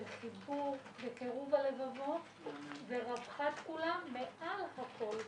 חיבור וקירוב הלבבות ורווחת כולם מעל הכול.